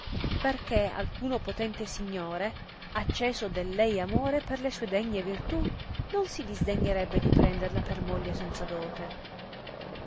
perchè alcuno potente signore acceso del lei amore per le sue degne virtù non si disdegnerebbe di prenderla per moglie senza dote